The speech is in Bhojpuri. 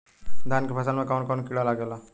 धान के फसल मे कवन कवन कीड़ा लागेला?